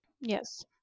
yes